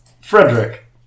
Frederick